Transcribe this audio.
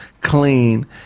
clean